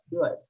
good